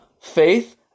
faith